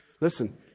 Listen